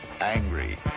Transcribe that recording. angry